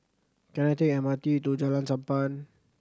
can I take M R T to Jalan Sappan